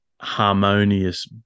harmonious